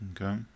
Okay